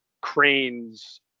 cranes